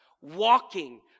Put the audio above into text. Walking